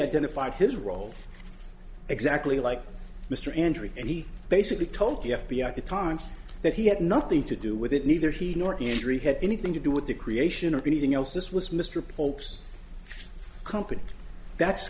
identified his role exactly like mr injury and he basically told the f b i at the time that he had nothing to do with it neither he nor injury had anything to do with the creation or anything else this was mr polk's company that's